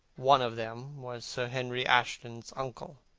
one of them was sir henry ashton's uncle.